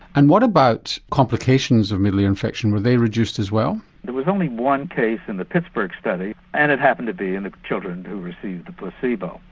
and what about complications of middle ear infection, were they reduced as well? there was only one case in the pittsburgh study and it happened to be in children who received the placebo.